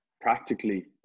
practically